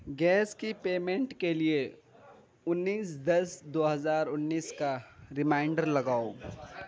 gas کی payment کے لیے انیس دس دو ہزار انیس کا ریمائنڈر لگاؤ